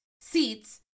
seats